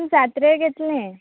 आमी जात्रेक येतली